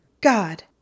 God